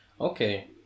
okay